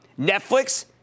Netflix